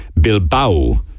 Bilbao